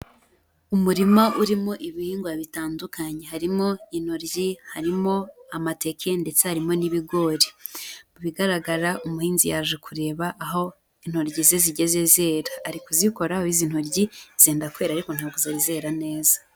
Umurima urimo ibihingwa bitandukanye, harimo intoryi, harimo amateke, ndetse harimo n'ibigori, mu bigaragara umuhinzi yaje kureba aho intoryi ze zigeze zera, ari kuzikoraho, izi ntoryi zenda kwera ariko ntabwo zari zera neza.